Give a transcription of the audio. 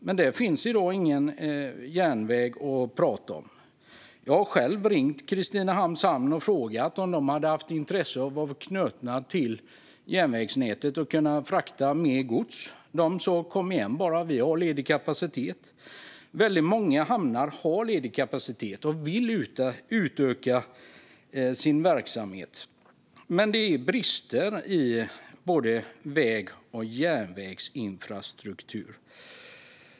Men där finns ingen järnväg att prata om. Jag har själv ringt Kristinehamns hamn och frågat om de skulle ha intresse av att vara knutna till järnvägsnätet för att kunna frakta mer gods. De sa: Kom igen bara! Vi har ledig kapacitet. Väldigt många hamnar har ledig kapacitet och vill utöka sin verksamhet. Men det finns brister i både väg och järnvägsinfrastruktur.